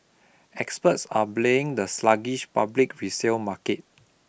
experts are blaming the sluggish public resale market